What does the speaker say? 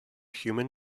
human